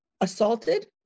assaulted